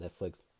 Netflix